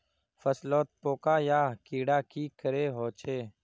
फसलोत पोका या कीड़ा की करे होचे?